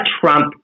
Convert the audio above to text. trump